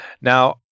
Now